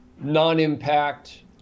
non-impact